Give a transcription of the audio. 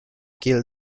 kill